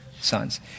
sons